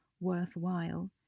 worthwhile